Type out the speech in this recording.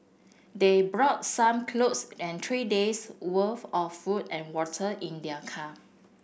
they brought some clothes and three days' worth of food and water in their car